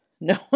No